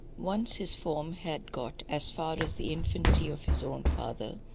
once his form had got as far as the infancy of his own father,